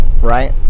right